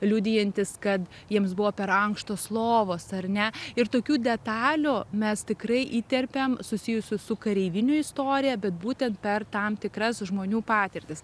liudijantys kad jiems buvo per ankštos lovos ar ne ir tokių detalių mes tikrai įterpiam susijusių su kareivinių istorija bet būtent per tam tikras žmonių patirtis